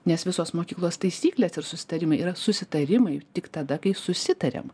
nes visos mokyklos taisyklės ir susitarimai yra susitarimai tik tada kai susitariam